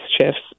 shifts